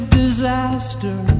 disaster